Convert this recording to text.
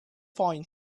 point